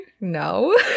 No